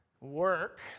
work